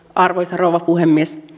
arvoisa rouva puhemies